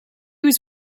was